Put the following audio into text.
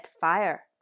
fire